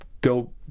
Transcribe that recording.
go